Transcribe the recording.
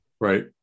right